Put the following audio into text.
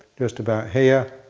just about here,